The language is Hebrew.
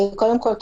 קודם כול,